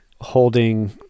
Holding